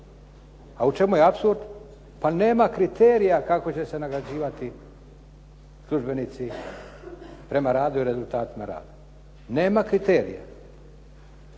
A u čemu je apsurd? Pa nema kriterija kako će se nagrađivati službenici prema radu i rezultatima rada. Nema kriterija.